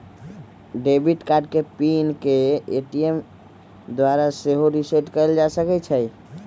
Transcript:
debit card के PIN के ATM द्वारा सेहो रीसेट कएल जा सकै छइ